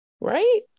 Right